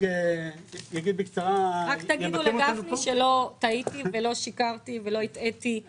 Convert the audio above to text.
רק תגידו לגפני שלא שיקרתי, לא הטעיתי ולא טעיתי.